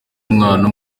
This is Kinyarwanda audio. umwana